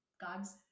god's